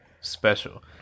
special